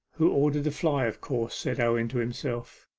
who ordered the fly, of course said owen to himself.